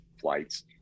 flights